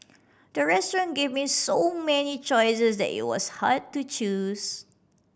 the restaurant gave me so many choices that it was hard to choose